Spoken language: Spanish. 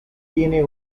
tiene